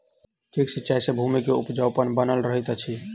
ठीक सिचाई सॅ भूमि के उपजाऊपन बनल रहैत अछि